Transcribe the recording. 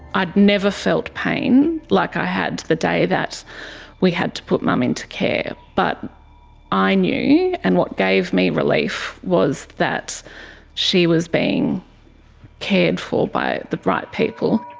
i'd never felt pain like i had the day that we had to put mum into care but i knew and what gave me relief was that she was being cared for by the right people.